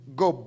go